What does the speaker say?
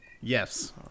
Yes